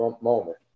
moment